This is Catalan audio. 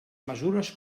mesures